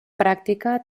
pràctica